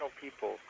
people